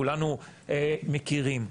כולנו מכירים,